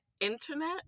internet